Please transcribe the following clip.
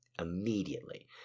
Immediately